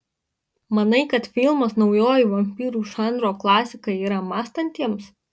manai kad filmas naujoji vampyrų žanro klasika yra mąstantiems